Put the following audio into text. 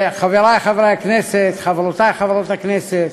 חברי חברי הכנסת, חברותי חברות הכנסת,